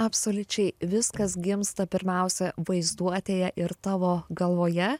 absoliučiai viskas gimsta pirmiausia vaizduotėje ir tavo galvoje